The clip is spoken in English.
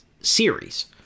series